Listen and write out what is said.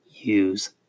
use